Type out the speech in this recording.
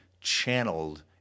channeled